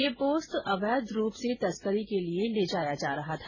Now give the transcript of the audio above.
यह डोडा पोस्त अवैध रूप तस्करी के लिए ले जाया जा रहा था